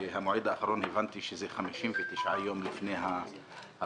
והבנתי שהמועד האחרון הוא 59 יום לפני הבחירות,